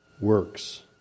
works